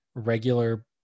Regular